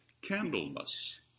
Candlemas